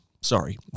sorry